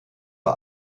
bei